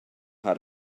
how